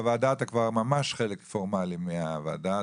בוועדה אתה ממש חלק פורמלי מהוועדה,